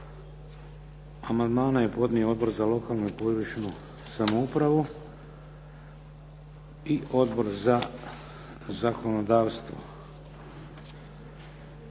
Amandmane je podnio Odbor za lokalnu i područnu samoupravu i Odbor za zakonodavstvo.